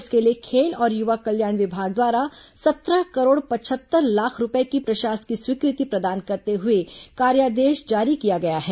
इसके लिए खेल और युवा कल्याण विभाग द्वारा सत्रह करोड़ पचहत्तर लाख रूपये की प्रशासकीय स्वीकृति प्रदान करते हुए कार्यादेश जारी किया गया है